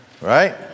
right